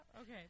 Okay